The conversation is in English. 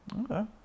Okay